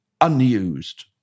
unused